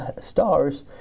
stars